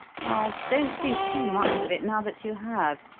well, don't think too much of it now that you have.